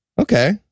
Okay